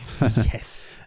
Yes